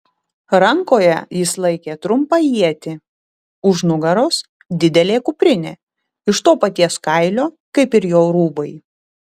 rankoje jis laikė trumpą ietį už nugaros didelė kuprinė iš to paties kailio kaip ir jo rūbai